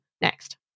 next